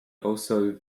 aussage